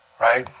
right